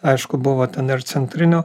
aišku buvo ten ir centrinių